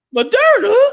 Moderna